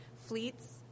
fleets